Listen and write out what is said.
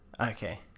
Okay